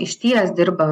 išties dirba